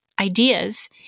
Ideas